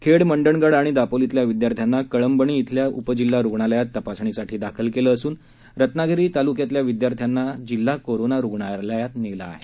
खेड मंडणगड आणि दापोलीतल्या विद्यार्थ्यांना कळंबणी इथल्या उपजिल्हा रुग्णालयात तपासणीसाठी दाखल केलं असून रत्नागिरी तालुक्यातल्या विद्यार्थ्यांना जिल्हा करोना रुग्णालयात नेलं आहे